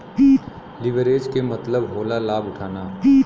leverage के मतलब होला लाभ उठाना